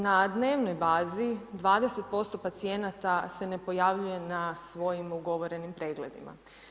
Na dnevnoj bazi, 20% pacijenata se ne pojavljuje na svojim ugovorenim pregledima.